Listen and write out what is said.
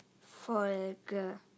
Folge